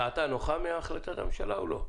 דעתה נוחה מהחלטת הממשלה או לא?